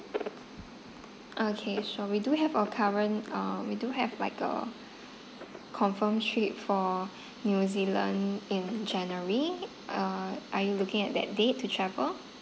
okay so we do have a current uh we do have like a confirmed trip for new zealand in january uh are you looking at that date to travel